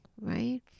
right